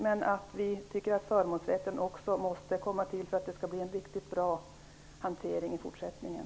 Men vi tycker att förmånsrätten också måste komma till, för att det skall bli en riktigt bra hantering i fortsättningen.